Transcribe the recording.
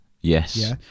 Yes